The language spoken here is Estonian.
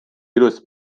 ilus